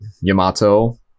Yamato